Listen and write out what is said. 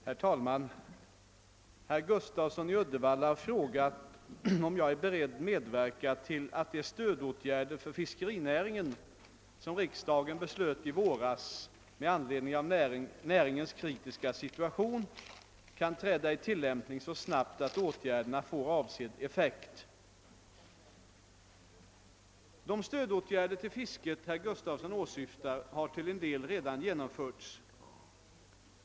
Herr talman! Herr Gustafsson i Uddevalla har frågat om jag är beredd medverka till att de stödåtgärder för fiskerinäringen, som riksdagen beslöt i våras med anledning av näringens kritiska situation, kan träda i tillämpning så snabbt att åtgärderna får avsedd effekt. De stödåtgärder till fisket herr Gustafsson åsyftar har till en del redan genomförts.